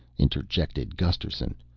interjected gusterson,